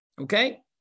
Okay